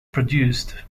produced